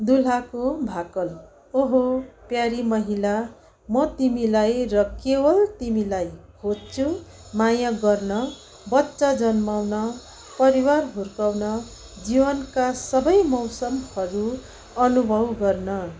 दुलहाको भाकल ओहो प्यारी महिला म तिमीलाई र केवल तिमीलाई खोज्छु माया गर्न बच्चा जन्माउन परिवार हुर्काउन जीवनका सबै मौसमहरू अनुभव गर्न